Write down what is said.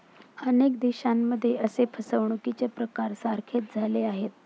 अनेक देशांमध्ये असे फसवणुकीचे प्रकार सारखेच झाले आहेत